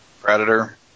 Predator